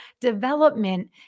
development